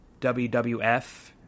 WWF